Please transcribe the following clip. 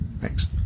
thanks